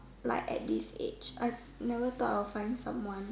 like at this age I never thought I'll find someone